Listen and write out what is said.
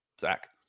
Zach